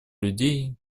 людей